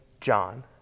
John